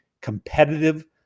competitive